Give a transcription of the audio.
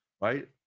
Right